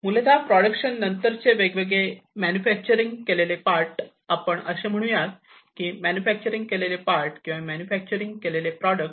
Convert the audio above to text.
मूलतः प्रॉडक्शन नंतर चे वेगवेगळे मॅनिफॅक्चर केलेले पार्ट आपण असे म्हणू या की मॅनिफॅक्चर केलेले पार्ट किंवा मॅनिफॅक्चर केलेले प्रॉडक्ट्स्